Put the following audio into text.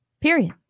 Period